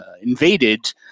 invaded